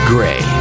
Gray